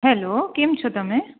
hello કેમ છો તમે